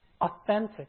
authentic